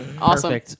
Awesome